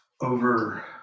over